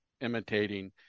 imitating